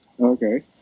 okay